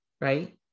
right